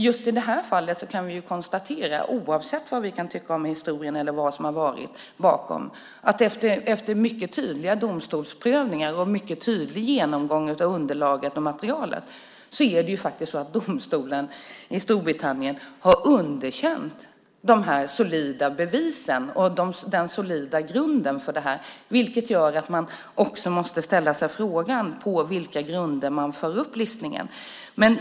Just i det här fallet kan vi ju konstatera, oavsett vad vi kan tycka om historien eller vad som har legat bakom, att efter mycket tydliga domstolsprövningar och en mycket tydlig genomgång av underlaget och materialet, är det ju faktiskt så att domstolen i Storbritannien har underkänt de här solida bevisen och den solida grunden för det här, vilket gör att man också måste ställa frågan på vilka grunder man gör listningen.